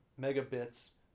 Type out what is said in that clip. megabits